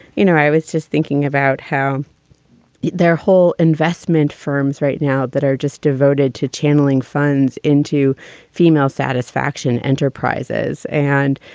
you know, i was just thinking about how their whole investment firms right now that are just devoted to channeling funds into female satisfaction enterprises. and,